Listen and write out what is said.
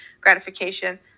gratification